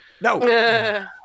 No